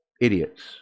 idiots